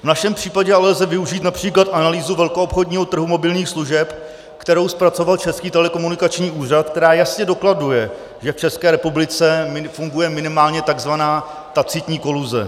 V našem případě ale lze využít např. analýzu velkoobchodního trhu mobilních služeb, kterou zpracoval Český telekomunikační úřad, která jasně dokladuje, že v České republice funguje minimálně tzv. tacitní koluze.